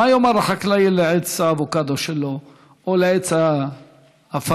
מה יאמר החקלאי לעץ האבוקדו שלו או לעץ האפרסק?